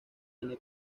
ana